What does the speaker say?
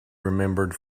remembered